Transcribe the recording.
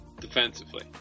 defensively